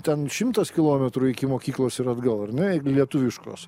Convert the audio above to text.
ten šimtas kilometrų iki mokyklos ir atgal ar ne jeigu lietuviškos